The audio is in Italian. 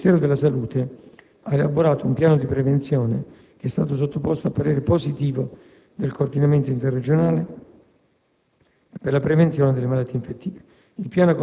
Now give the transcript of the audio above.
Il Ministero della salute ha elaborato un piano di prevenzione, che è stato sottoposto al parere positivo del coordinamento interregionale per la prevenzione delle malattie infettive;